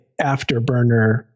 afterburner